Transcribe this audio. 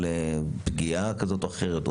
בגלל פגיעה כזו או אחרת,